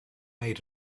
made